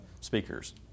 speakers